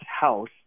House